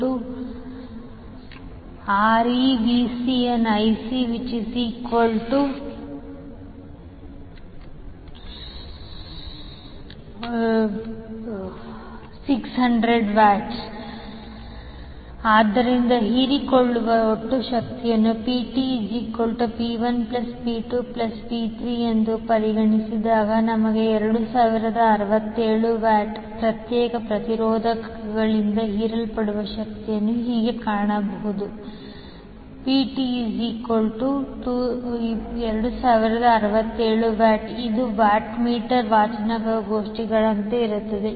87° 600W ಆದ್ದರಿಂದ ಹೀರಿಕೊಳ್ಳುವ ಒಟ್ಟು ಶಕ್ತಿಯು 𝑃𝑇 𝑃1 𝑃2 𝑃3 2067W ಪ್ರತ್ಯೇಕ ಪ್ರತಿರೋಧಕಗಳಿಂದ ಹೀರಲ್ಪಡುವ ಶಕ್ತಿಯನ್ನು ಹೀಗೆ ಕಾಣಬಹುದು 𝑃𝑇 |𝐼𝑎|2 |𝐼𝑏|2 |𝐼𝑐|2 2067W ಇದು ವಾಟ್ಮೀಟರ್ ವಾಚನಗೋಷ್ಠಿಗಳಂತೆಯೇ ಇರುತ್ತದೆ